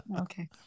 Okay